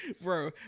Bro